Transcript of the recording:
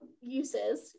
uses